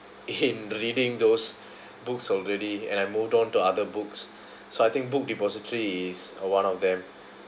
in reading those books already and I moved on to other books so I think book depository is one of them